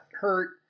hurt